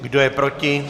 Kdo je proti?